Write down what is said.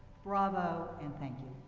bravo and thank you.